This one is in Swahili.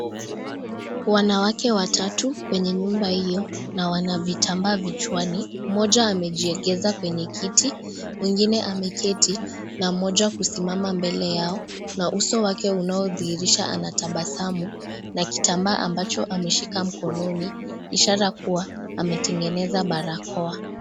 Wanawake watatu kwenye nyumba hiyo na wana vitambaa vichwani mmoja amejiekeza kwenye kiti mwingine ameketi na moja kusimama mbele yao na uso wake unao dhiirisha ana tabasamu na kitambaa ambacho ameshika mkononi ishara kuwa ametengeneza barakoa.